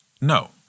no